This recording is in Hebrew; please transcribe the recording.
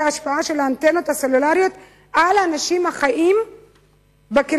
ההשפעה של האנטנות הסלולריות על האנשים החיים בקרבתן,